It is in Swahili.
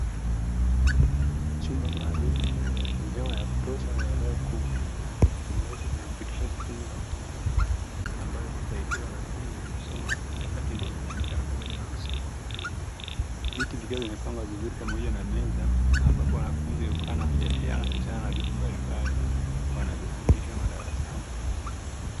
Chumba maalumu chenye hewa na kutosha na eneo kubwa, chumba hicho kimepitishwa mifumo ya umeme ambayo huwasaidia wanafunzi kusoma nyakati zote za mchana na usiku, viti vikiwa vimepangwa vizuri pamoja na meza ambapo wanafunzi hukaa na kujadiliana vitu mbalimbali ambavyo wanavyofundishwa madarasa.